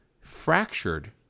fractured